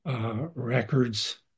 records